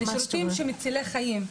לשירותים שמצילי חיים.